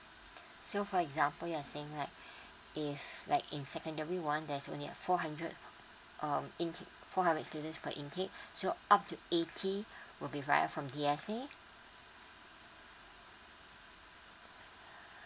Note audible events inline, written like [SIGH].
[BREATH] so for example you are saying like [BREATH] if like in secondary one there's only four hundred um in four hundred students per intake [BREATH] so up to eighty [BREATH] will be via from D_S_A